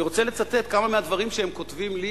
אני רוצה לצטט כמה דברים שהם כותבים לי,